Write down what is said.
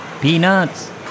Peanuts